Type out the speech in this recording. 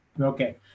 Okay